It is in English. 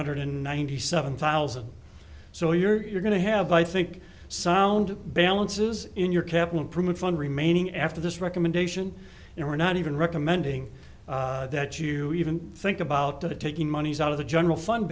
hundred ninety seven thousand so you're going to have i think sound balances in your capital improvement fund remaining after this recommendation and we're not even recommending that you even think about the taking monies out of the general fund